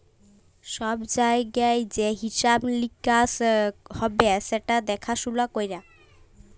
ছব জায়গায় যে হিঁসাব লিকাস হ্যবে সেট দ্যাখাসুলা ক্যরা